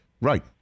Right